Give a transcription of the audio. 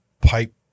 pipe